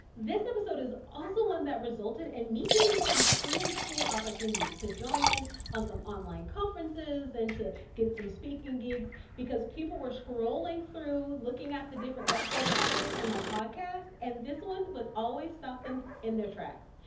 this episode is also one that resulted and me getting some pretty cool opportunities to join in on some online conferences and to get some speaking gigs because people were scrolling through looking at the different episode titles on my podcast, and this one would always stop them in their tracks.